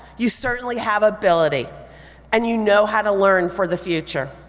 you certainly have ability and you know how to learn for the future.